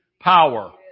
power